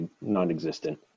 non-existent